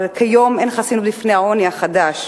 כיום אין חסינות בפני העוני החדש,